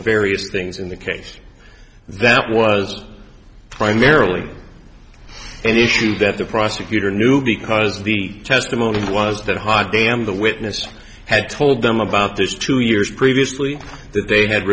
various things in the case that was primarily an issue that the prosecutor knew because the testimony was that hot damn the witness had told them about this two years previously that they had